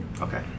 okay